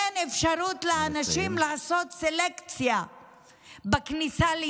שנותן אפשרות לאנשים לעשות סלקציה ליישובים,